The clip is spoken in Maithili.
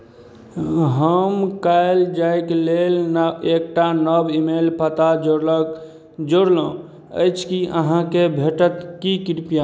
हम काल्हि जायके लेल न् एक टा नव ईमेल पता जोड़लक जोड़लहुँ अछि की अहाँकेँ भेटत की कृपया